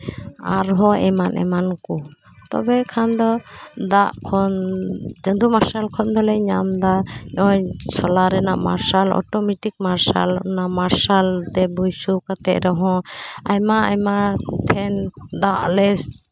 ᱟᱨᱦᱚᱸ ᱮᱢᱟᱱ ᱮᱢᱟᱱ ᱠᱚ ᱛᱚᱵᱮ ᱠᱷᱟᱱ ᱫᱚ ᱫᱟᱜ ᱠᱷᱚᱱ ᱪᱟᱸᱫᱳ ᱢᱟᱨᱥᱟᱞ ᱠᱷᱚᱱ ᱫᱚᱞᱮ ᱧᱟᱢ ᱫᱟ ᱱᱚᱜᱼᱚᱸᱭ ᱥᱳᱞᱟᱨ ᱨᱮᱱᱟᱜ ᱢᱟᱨᱥᱟᱞ ᱚᱴᱳᱢᱮᱴᱤᱠ ᱢᱟᱨᱥᱟᱞ ᱚᱱᱟ ᱢᱟᱨᱥᱟᱞ ᱛᱮ ᱵᱟᱹᱭᱥᱟᱹᱣ ᱠᱟᱛᱮ ᱨᱮᱦᱚᱸ ᱟᱭᱢᱟ ᱟᱭᱢᱟ ᱯᱷᱮᱱ ᱫᱚ ᱟᱞᱮ